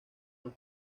los